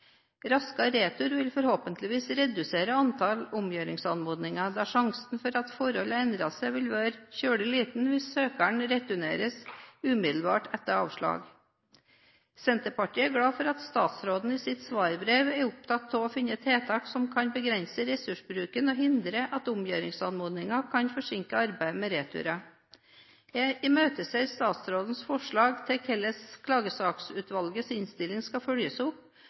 Raskere retur vil forhåpentligvis redusere antallet omgjøringsanmodninger, da sjansen for at forhold har endret seg vil være veldig liten hvis søkeren returneres umiddelbart etter avslaget. Senterpartiet er glad for at statsråden i sitt svarbrev er opptatt av å finne tiltak som kan begrense ressursbruken og hindre at omgjøringsanmodninger kan forsinke arbeidet med returer. Jeg imøteser statsrådens forslag til hvordan Klagesaksutvalgets innstilling skal følges opp